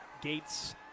Gates